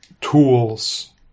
tools